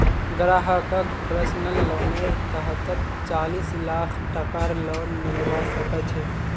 ग्राहकक पर्सनल लोनेर तहतत चालीस लाख टकार लोन मिलवा सके छै